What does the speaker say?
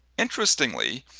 interestingly,